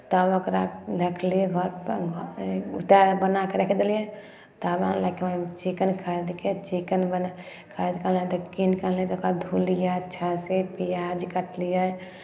तब ओकरा रखलियै उतारि बना कऽ राखि देलियै तब आनलके चिकन खाय चिकन बना खाए तऽ कहलियै कीन कऽ अनलियै तकर बाद धोअलियै अच्छासँ प्याज कटलियै